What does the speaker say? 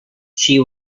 she